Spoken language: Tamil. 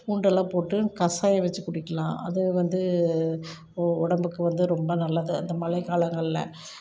பூண்டெல்லாம் போட்டு கசாயம் வச்சு குடிக்கலாம் அது வந்து உடம்புக்கு வந்து ரொம்ப நல்லது அந்த மழை காலங்களில்